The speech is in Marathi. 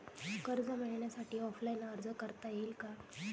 कर्ज मिळण्यासाठी ऑफलाईन अर्ज करता येईल का?